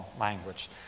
language